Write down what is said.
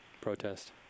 protest